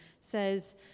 says